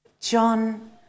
John